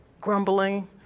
grumbling